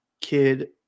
Kid